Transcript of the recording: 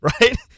right